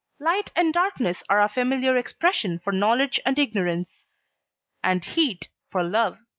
light and darkness are our familiar expression for knowledge and ignorance and heat for love.